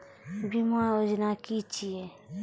बीमा योजना कि छिऐ?